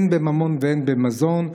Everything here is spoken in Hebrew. הן בממון והן במזון,